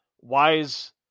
wise